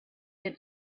been